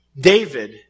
David